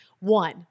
one